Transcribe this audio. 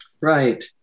Right